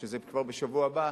שזה כבר בשבוע הבא,